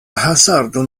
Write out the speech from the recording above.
hazardo